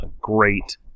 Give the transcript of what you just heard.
great